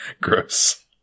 Gross